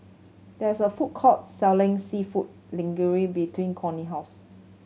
there is a food court selling Seafood Linguine between Corie house